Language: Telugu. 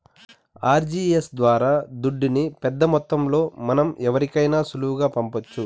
ఆర్టీజీయస్ ద్వారా దుడ్డుని పెద్దమొత్తంలో మనం ఎవరికైనా సులువుగా పంపొచ్చు